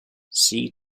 see